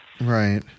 Right